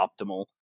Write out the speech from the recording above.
optimal